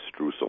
streusel